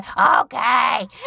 okay